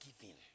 giving